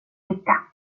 dricka